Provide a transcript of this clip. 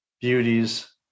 Beauties